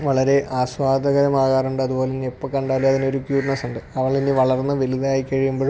വളരെ ആസ്വാദകരമാകാറുണ്ടത് പോലെ തന്നെ എപ്പോൾ കണ്ടാലും അതിനൊരു ക്യൂട്ട്നെസ് ഉണ്ട് അവളിനി വളർന്ന് വലുതായി കഴിയുമ്പഴും